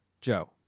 Joe